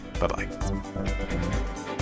bye-bye